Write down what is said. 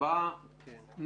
הצבעה בעד, 4 נגד,